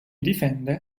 difende